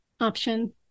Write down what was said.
option